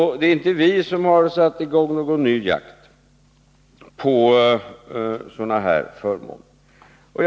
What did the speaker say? Det är inte vi som har satt i gång någon ny jakt på sådana här förmåner.